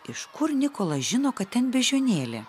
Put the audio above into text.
iš kur nikolas žino kad ten beždžionėlė